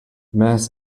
mass